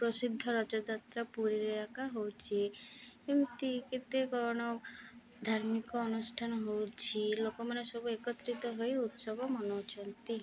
ପ୍ରସିଦ୍ଧ ରଥଯାତ୍ରା ପୁରୀରେ ଏକା ହେଉଛି ଏମିତି କେତେ କ'ଣ ଧାର୍ମିକ ଅନୁଷ୍ଠାନ ହେଉଛି ଲୋକମାନେ ସବୁ ଏକତ୍ରିତ ହୋଇ ଉତ୍ସବ ମନାଉଛନ୍ତି